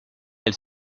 elle